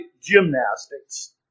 gymnastics